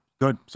good